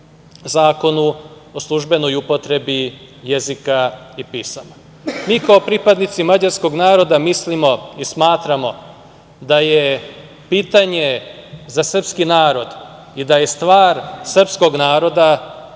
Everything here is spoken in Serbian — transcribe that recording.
Zakonu o službenoj upotrebi jezika i pisama. Mi kao pripadnici mađarskog naroda mislim i smatramo da je pitanje za srpski narod i da je stvar srpskog naroda